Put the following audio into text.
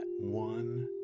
one